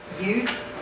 youth